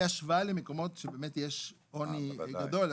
בהשוואה למקומות שבהם יש עוני גדול,